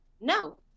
No